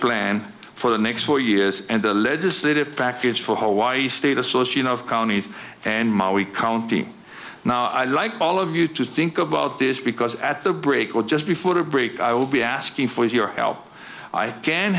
plan for the next four years and the legislative package for hawaii state associate of counties and my we county now i like all of you to think about this because at the break or just before the break i'll be asking for your help i can